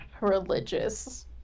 religious